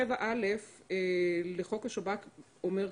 סעיף 7(א) לחוק השב"כ אומר כך: